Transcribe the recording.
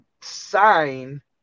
sign